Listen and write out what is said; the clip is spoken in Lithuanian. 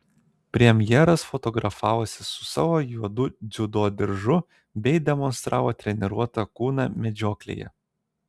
premjeras fotografavosi su savo juodu dziudo diržu bei demonstravo treniruotą kūną medžioklėje